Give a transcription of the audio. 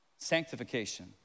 Sanctification